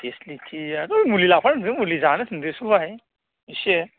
फेसिलिटियाथ' मुलि लाफानो थिनदों मुलि जाहोनो थिनदो बिसोरखौहाय एसे